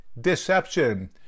deception